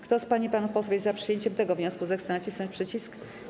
Kto z pań i panów posłów jest za przyjęciem tego wniosku, zechce nacisnąć przycisk?